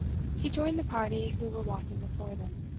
he joined the party who were walking before them.